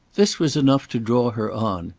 this was enough to draw her on.